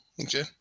Okay